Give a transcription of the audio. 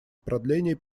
продления